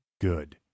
good